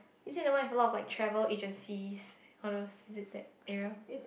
is it the one with a lot of like travel agencies all those is it that area